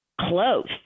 close